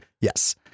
Yes